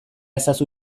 ezazu